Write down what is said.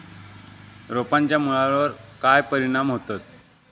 रोपांच्या मुळावर काय परिणाम होतत?